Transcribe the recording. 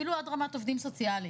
אפילו עד רמת עובדים סוציאליים,